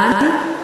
מה אני?